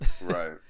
Right